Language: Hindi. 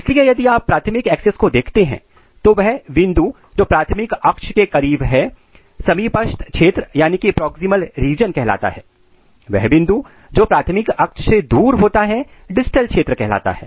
इसलिए यदि आप इस प्राथमिक एक्सेस को देखते हैं तो वह बिंदु जो प्राथमिक अक्ष के करीब है समीपस्थ क्षेत्र प्रॉक्सिमल रीजन कहलाता है और वह बिंदु जो प्राथमिक अक्ष से दूर होता है डिस्टल क्षेत्र कहलाता है